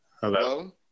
Hello